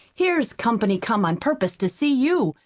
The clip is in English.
here's company come on purpose to see you.